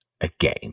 again